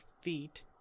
feet